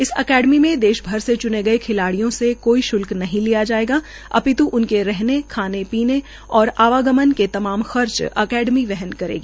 इस अकादमी में देश भर से च्ने गये खिलाड़ियों से कोई श्ल्क नहीं लिया जायेगा अपित् उनके रहने खाने पीने और आवागमन के तमाम खर्च अकादमी वहन करेगी